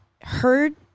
heard